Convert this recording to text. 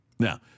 Now